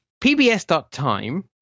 PBS.time